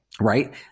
right